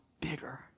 bigger